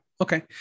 Okay